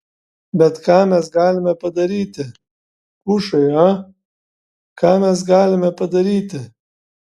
bet ką mes galime padaryti hušai a ką mes galime padaryti